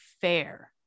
fair